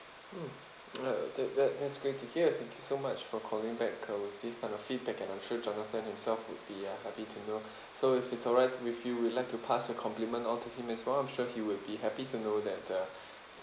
mm that that that's great to hear thank you so much for calling back uh with this kind of feedback and I'm sure jonathan himself would be uh happy to know so if it's alright with you we'd like to pass a compliment onto him as well I'm sure he will be happy to know that the